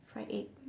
fried egg